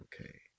Okay